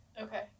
Okay